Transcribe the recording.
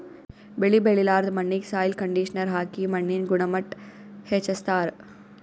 ಬೆಳಿ ಬೆಳಿಲಾರ್ದ್ ಮಣ್ಣಿಗ್ ಸಾಯ್ಲ್ ಕಂಡಿಷನರ್ ಹಾಕಿ ಮಣ್ಣಿನ್ ಗುಣಮಟ್ಟ್ ಹೆಚಸ್ಸ್ತಾರ್